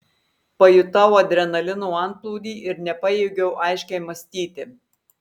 pajutau adrenalino antplūdį ir nepajėgiau aiškiai mąstyti